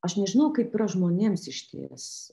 aš nežinau kaip yra žmonėms išties